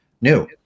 new